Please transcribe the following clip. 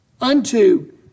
unto